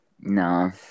No